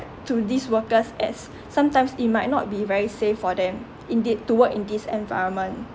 to these workers as sometimes it might not be very safe for them indeed to work in this environment